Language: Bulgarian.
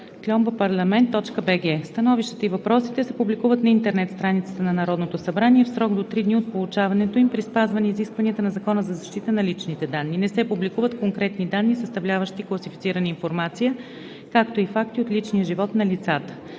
kpv1@parliament.bg. Становищата и въпросите се публикуват на интернет страницата на Народното събрание в срок до три дни от получаването им при спазване изискванията на Закона за защита на личните данни. Не се публикуват конкретни данни, съставляващи класифицирана информация, както и факти от личния живот на лицата.